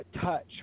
touch